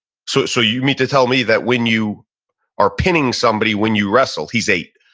so, so you mean to tell me that when you are pinning somebody, when you wrestle, he's eight,